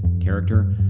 character